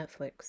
Netflix